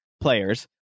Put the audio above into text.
players